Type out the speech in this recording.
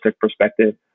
perspective